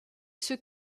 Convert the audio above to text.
ceux